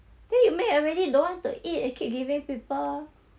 then you make already don't want to eat then keep giving people